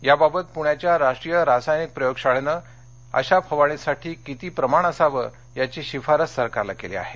याबाबत पुण्याच्या राष्ट्रीय रासायनिक प्रयोग शाळेने अशा फवारणीसाठी किती प्रमाण असावे याची शिफारस सरकारला केली आहे